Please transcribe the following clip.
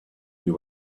who